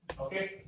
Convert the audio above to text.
okay